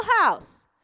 house